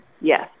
Yes